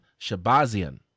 Shabazian